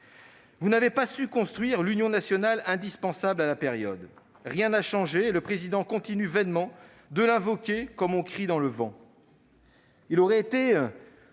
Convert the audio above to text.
Vous n'avez pas su construire l'union nationale, indispensable à la période. Rien n'a changé et le Président de la République continue vainement de l'invoquer comme on crie dans le vent.